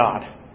God